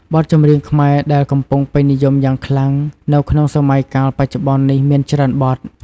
បទចម្រៀងខ្មែរដែលកំពុងពេញនិយមយ៉ាងខ្លាំងនៅក្នុងសម័យកាលបច្ចុប្បន្ននេះមានច្រើនបទ។